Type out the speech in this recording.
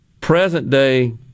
present-day